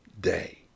day